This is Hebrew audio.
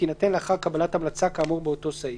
תינתן לאחר קבלת המלצה כאמור באותו סעיף.